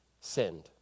sinned